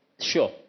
Sure